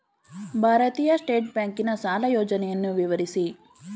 ಭಾರತೀಯ ಸ್ಟೇಟ್ ಬ್ಯಾಂಕಿನ ಸಾಲ ಯೋಜನೆಯನ್ನು ವಿವರಿಸಿ?